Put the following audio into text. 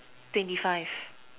twenty five